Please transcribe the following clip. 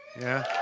yeah?